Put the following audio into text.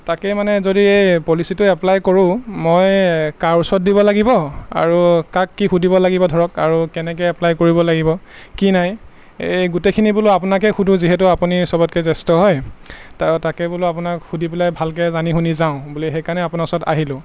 তাকে মানে যদি এই পলিচিটো এপ্লাই কৰোঁ মই কাৰ ওচৰত দিব লাগিব আৰু কাক কি সুধিব লাগিব ধৰক আৰু কেনেকৈ এপ্লাই কৰিব লাগিব কি নাই এই গোটেইখিনি বোলো আপোনাকেই সোধোঁ যিহেতু আপুনি চবতকৈ জ্যেষ্ঠ হয় তো তাকে বোলো আপোনাক সুধি পেলাই ভালকৈ জানি শুনি যাওঁ বুলি সেইকাৰণে আপোনাৰ ওচৰত আহিলোঁ